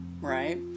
right